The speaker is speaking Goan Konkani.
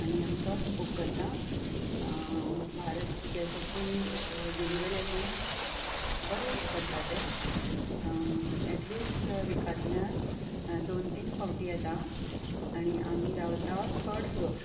आनी आमी तोच बूक करतां भारत गेसाची डिलीव्हरी आसा ती बरी करता ते एट लिस्ट विकातल्यान दोन तीन फावटी येता आनी आमी रावतां थर्ड फ्लोर